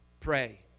Pray